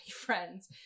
friends